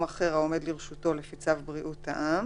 אחר העומד לרשותו לפי צו בריאות העם